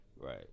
Right